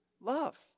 love